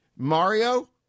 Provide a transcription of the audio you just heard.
Mario